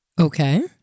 Okay